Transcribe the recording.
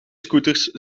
scooters